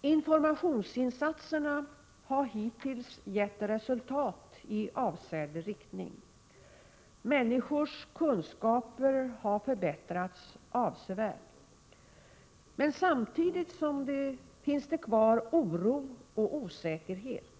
Informationsinsatserna har hittills gett resultat i avsedd riktning. Människors kunskaper har förbättrats avsevärt. Men samtidigt finns det kvar oro och osäkerhet.